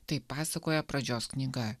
taip pasakoja pradžios knyga